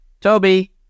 Toby